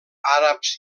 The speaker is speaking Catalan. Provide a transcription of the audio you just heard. àrabs